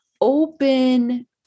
open